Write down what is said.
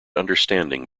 understanding